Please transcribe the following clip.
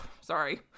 Sorry